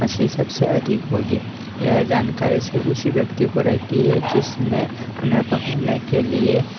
मछली सबसे अधिक होगी यह जानकारी सिर्फ़ उसी व्यक्ति को रहती है जिसने उन्हें पकड़ने के लिए